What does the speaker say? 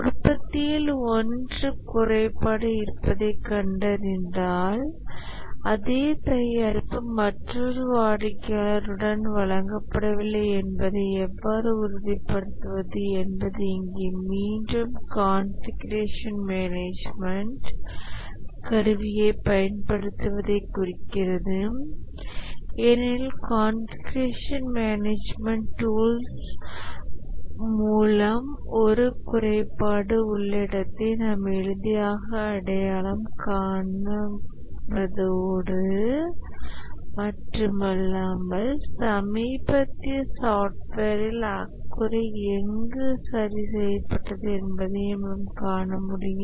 உற்பத்தியில் ஒன்று குறைபாடு இருப்பதைக் கண்டறிந்தால் அதே தயாரிப்பு மற்றொரு வாடிக்கையாளருக்கு வழங்கப்படவில்லை என்பதை எவ்வாறு உறுதிப்படுத்துவது என்பது இங்கே மீண்டும் கான்ஃபிகுரேஷன் மேனேஜ்மென்ட் கருவியைப் பயன்படுத்துவதைக் குறிக்கிறது ஏனெனில் கான்ஃபிகுரேஷன் மேனேஜ்மென்ட் டூல்ஸ் மூலம் ஒரு குறைபாடு உள்ள இடத்தை நாம் எளிதாக அடையாளம் காண்பதோடு மட்டுமல்லாமல் சமீபத்திய சாஃப்ட்வேரில் அக்குறை எங்கு சரி செய்யப்பட்டது என்பதையும் நாம் காண முடியும்